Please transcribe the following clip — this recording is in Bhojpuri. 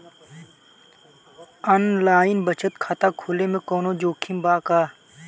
आनलाइन बचत खाता खोले में कवनो जोखिम बा का?